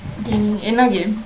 என்ன:enna game